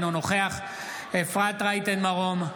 אינו נוכח אפרת רייטן מרום,